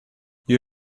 you